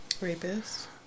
Rapist